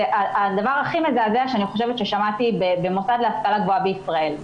זה הדבר הכי מזעזע ששמעתי עליו במוסד להשכלה גבוהה בישראל.